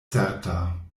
certa